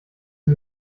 die